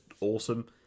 awesome